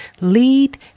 lead